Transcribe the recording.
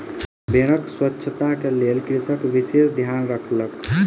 भेड़क स्वच्छता के लेल कृषक विशेष ध्यान रखलक